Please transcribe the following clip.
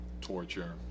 torture